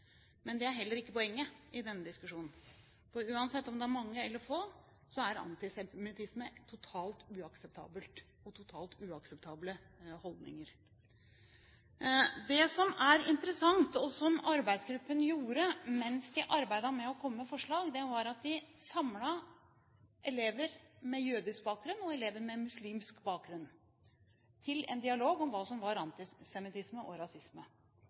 Det er heller ikke poenget i denne diskusjonen. Uansett om det er mange eller få, så er antisemittisme en totalt uakseptabel holdning. Det som er interessant, og som arbeidsgruppen gjorde mens den arbeidet med å komme med forslag, er at den samlet elever med jødisk bakgrunn og elever med muslimsk bakgrunn til dialog om hva som var antisemittisme og rasisme.